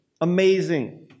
Amazing